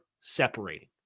separating